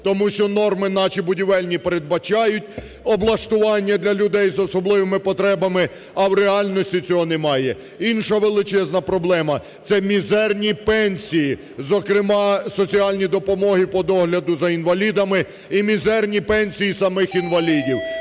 Тому що норми наші будівельні передбачають облаштування для людей з особливим потребами, а в реальності цього немає. Інша величезна проблема. Це мізерні пенсії, зокрема соціальні допомоги по догляду за інвалідами і мізерні пенсії самих інвалідів.